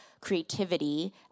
creativity